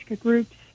groups